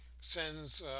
sends